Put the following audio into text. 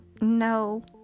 no